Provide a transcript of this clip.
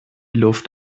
luft